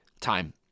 time